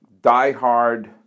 diehard